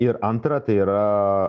ir antra tai yra